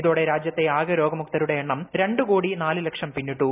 ഇതോടെ രാജ്യത്തെ ആകെ രോഗമുക്തരുടെ എണ്ണം രണ്ട് കോടി നാല് ലക്ഷം പിന്നിട്ടു